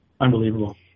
Unbelievable